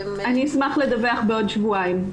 אשמח לדווח בעוד שבועיים,